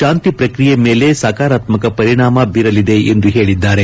ಶಾಂತಿ ಪ್ರಕ್ರಿಯೆ ಮೇಲೆ ಸಕಾರಾತ್ರಕ ಪರಿಣಾಮ ಬೀರಲಿದೆ ಎಂದು ಹೇಳಿದ್ದಾರೆ